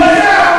בושה,